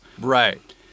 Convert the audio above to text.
Right